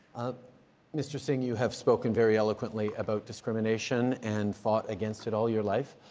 mr. singh, you have spoken very eloquently about discrimination and fought against it all your life,